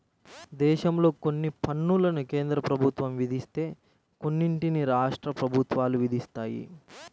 దేశంలో కొన్ని పన్నులను కేంద్ర ప్రభుత్వం విధిస్తే కొన్నిటిని రాష్ట్ర ప్రభుత్వాలు విధిస్తాయి